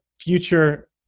future